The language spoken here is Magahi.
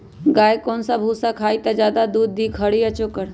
गाय कौन सा भूसा खाई त ज्यादा दूध दी खरी या चोकर?